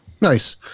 Nice